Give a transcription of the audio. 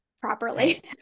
properly